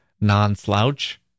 non-slouch